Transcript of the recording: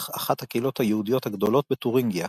אחת הקהילות היהודיות הגדולות בתורינגיה,